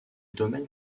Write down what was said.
domaines